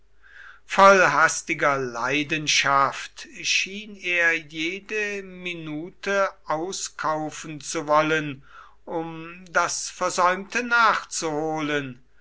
voll hastiger leidenschaft schien er jede minute auskaufen zu wollen um das versäumte nachzuholen